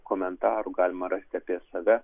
komentarų galima rasti apie save